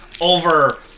over